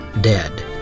dead